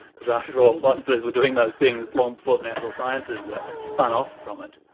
because after all, philosophers were doing those things long before the natural sciences were spun off from it.